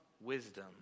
wisdom